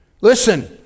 Listen